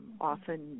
often